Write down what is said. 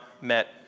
met